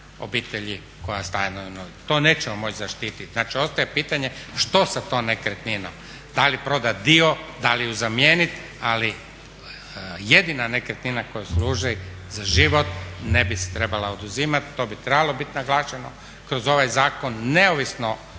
obitelji koja stanuje u njoj. To nećemo moći zaštititi. Znači ostaje pitanje što sa tom nekretninom, da li prodati dio, da li ju zamijeniti. Ali jedina nekretnina koja služi za život ne bi se trebala oduzimati. To bi trebalo biti naglašeno kroz ovaj zakon neovisno